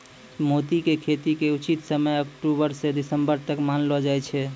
मोती के खेती के उचित समय अक्टुबरो स दिसम्बर तक मानलो जाय छै